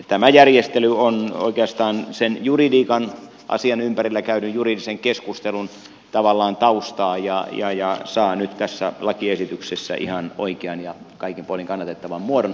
tämä järjestely on oikeastaan sen juridiikan asian ympärillä käydyn juridisen keskustelun taustaa tavallaan ja saa nyt tässä lakiesityksessä ihan oikean ja kaikin puolin kannatettavan muodon